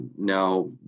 Now